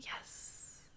Yes